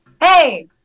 hey